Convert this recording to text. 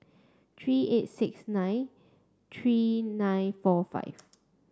three eight six nine three nine four five